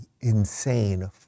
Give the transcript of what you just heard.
insane